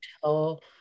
tell